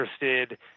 interested